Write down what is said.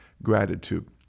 Gratitude